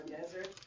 Desert